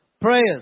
prayers